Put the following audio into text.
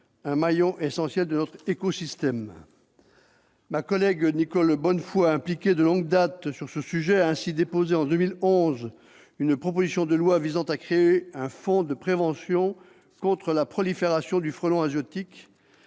un maillon essentiel de notre écosystème. Ma collègue Nicole Bonnefoy, impliquée de longue date sur ce sujet, a ainsi déposé dès 2011 une proposition de loi tendant à créer un fonds de prévention contre la prolifération du frelon asiatique,